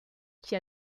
qui